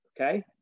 okay